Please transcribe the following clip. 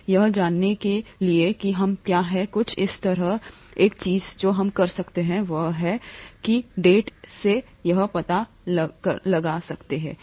यह जानने के लिए कि हम क्या हैं कुछ इस तरह से है एक चीज जो हम कर सकते हैं वह कुछ इस तरह से है क्योंकि हम करेंगे डेटा से यह पता लगाना है